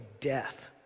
death